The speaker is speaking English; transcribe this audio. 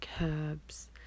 herbs